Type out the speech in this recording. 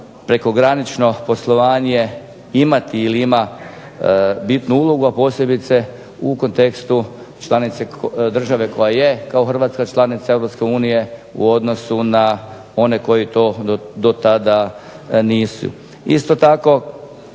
prekogranično poslovanje imati ili ima bitnu ulogu, a posebice u kontekstu države koja je kao Hrvatska članica EU u odnosu na one koji to do tada nisu. Isto tako